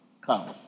come